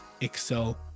excel